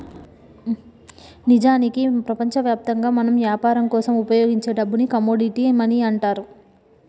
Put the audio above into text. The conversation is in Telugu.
నిజానికి ప్రపంచవ్యాప్తంగా మనం యాపరం కోసం ఉపయోగించే డబ్బుని కమోడిటీ మనీ అంటారు